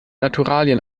naturalien